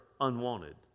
unwanted